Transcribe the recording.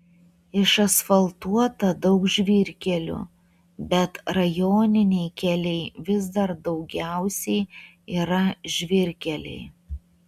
išasfaltuota daug žvyrkelių bet rajoniniai keliai vis dar daugiausiai yra žvyrkeliai